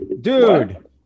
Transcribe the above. dude